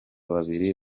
babiri